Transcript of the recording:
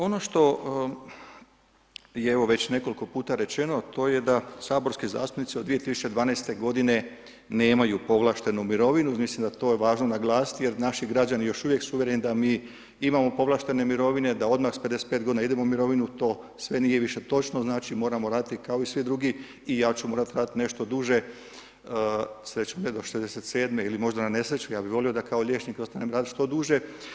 Ono što je evo već nekoliko puta rečeno, to je da saborski zastupnici od 2012. g. nemaju povlaštenu mirovinu, mislim da to je važno naglasiti jer naši građani još uvijek su uvjereni da mi imamo povlaštene mirovine, da odmah s 55 godina idemo u mirovinu, to sve nije više točno, znači moramo raditi kao i svi drugi i ja ću morat radit nešto duže, srećom ne do 67 ili možda na nesreću, ja bih volio da kao liječnik ostanem radit što duže.